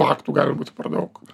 faktų gali būti per daug